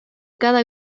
cada